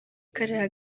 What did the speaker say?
kariya